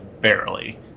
barely